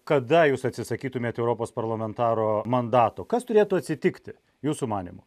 kada jūs atsisakytumėt europos parlamentaro mandato kas turėtų atsitikti jūsų manymu